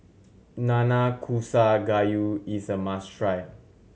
Nanakusa Gayu is a must try